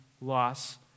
loss